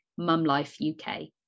MumLifeUK